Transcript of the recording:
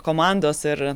komandos ir